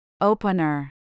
Opener